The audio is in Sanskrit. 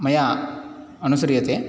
मया अनुसर्यते